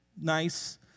nice